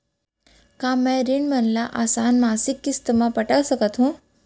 का मैं ऋण मन ल आसान मासिक किस्ती म पटा सकत हो?